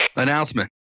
announcement